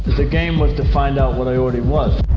the game was to find out what i already was.